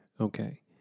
Okay